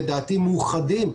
לדעתי מאוחדים,